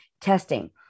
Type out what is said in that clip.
testing